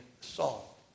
Saul